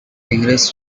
rigorous